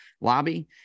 lobby